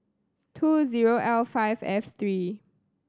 two zero L five F three